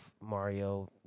Mario